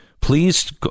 Please